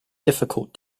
difficult